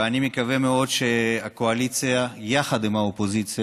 ואני מקווה מאוד שהקואליציה, יחד עם האופוזיציה,